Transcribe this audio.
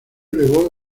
elevó